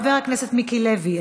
חבר הכנסת מיקי לוי,